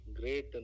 great